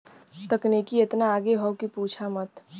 तकनीकी एतना आगे हौ कि पूछा मत